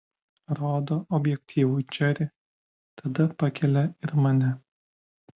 rodo objektyvui džerį tada pakelia ir mane